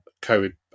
COVID